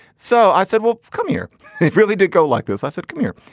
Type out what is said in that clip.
so i said, well, come here. they really did go like this. i said, c'mere.